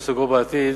מסוגו בעתיד,